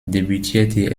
debütierte